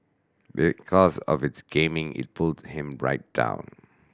because of this gaming it pulled him right down